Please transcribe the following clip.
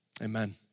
Amen